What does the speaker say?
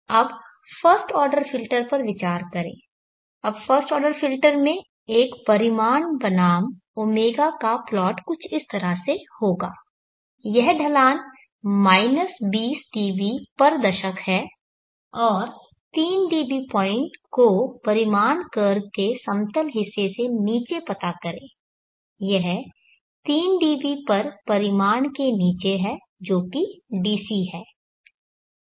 अब first order filter पर विचार करें अब फर्स्ट ऑर्डर फ़िल्टर में एक परिमाण बनाम ω का प्लॉट कुछ इस तरह से होगा यह ढलान 20 dB दशक है और 3 dB पॉइंट को परिमाण कर्व के समतल हिस्से के नीचे पता करें यह 3 dB पर परिमाण के नीचे है जो कि DC है